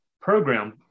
program